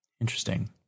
interesting